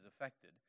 affected